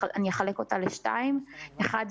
ואחלק את הפעילות לשניים: אחת,